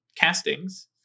castings